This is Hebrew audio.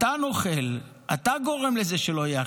אתה נוכל, אתה גורם לזה שלא תהיה אחדות.